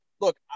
look